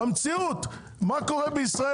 במציאות מה קורה בישראל?